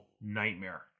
nightmare